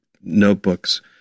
notebooks